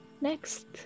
next